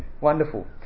wonderful